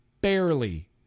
barely